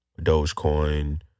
dogecoin